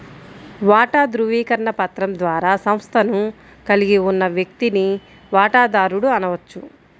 వాటా ధృవీకరణ పత్రం ద్వారా సంస్థను కలిగి ఉన్న వ్యక్తిని వాటాదారుడు అనవచ్చు